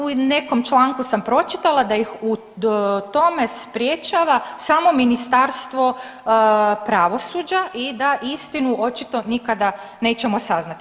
U nekom članku sam pročitala da ih u tome sprječava samo Ministarstvo pravosuđa i da istinu očito nikada nećemo saznati.